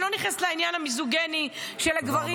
אני לא נכנסת לעניין המיזוגיני של הגברים